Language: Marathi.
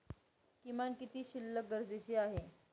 किमान किती शिल्लक गरजेची आहे?